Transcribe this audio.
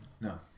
No